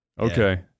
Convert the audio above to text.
Okay